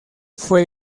fue